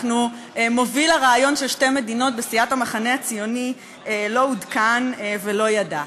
מוביל הרעיון של שתי מדינות בסיעת המחנה הציוני לא עודכן ולא ידע.